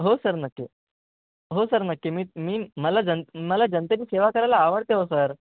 हो सर नक्की हो सर नक्की मी मी मला जन मला जनतेची सेवा करायला आवडते हो सर